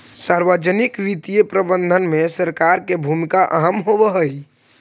सार्वजनिक वित्तीय प्रबंधन में सरकार के भूमिका अहम होवऽ हइ